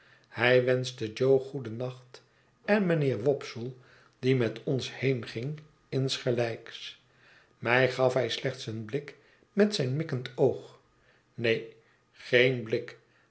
hij wenschte jo goedennacht en mijnheer wopsle die met ons heenging insgelijks mij gaf hij slechts een blik met zijn mikkend oog neen geen blik